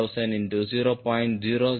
00013890